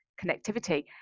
connectivity